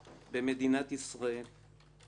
במדינת ישראל היא